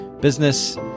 business